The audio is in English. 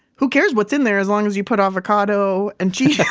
who cares what's in there as long as you put avocado and cheese